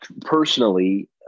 personally